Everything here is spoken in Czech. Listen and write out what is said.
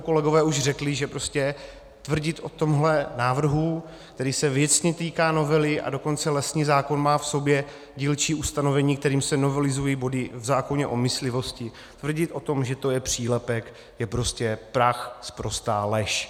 Kolegové už řekli, že prostě tvrdit o tomhle návrhu, který se věcně týká novely, a dokonce lesní zákon má v sobě dílčí ustanovení, kterým se novelizují body v zákoně o myslivosti, že to je přílepek, je prostě prachsprostá lež.